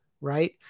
Right